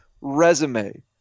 resume